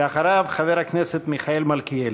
אחריו, חבר הכנסת מיכאל מלכיאלי.